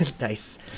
Nice